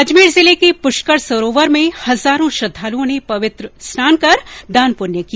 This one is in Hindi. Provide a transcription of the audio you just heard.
अजमेर जिले के पुष्कर सरोवर में हजारों श्रद्वालुओं ने पवित्र स्नान कर दान पुण्य किया